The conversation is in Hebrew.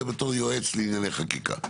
אלא בתור יועץ לענייני חקיקה.